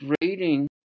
rating